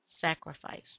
sacrifice